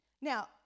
Now